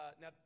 now